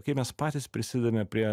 kaip mes patys prisidedame prie